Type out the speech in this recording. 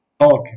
okay